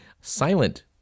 silent